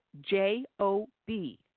J-O-B